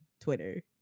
Twitter